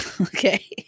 Okay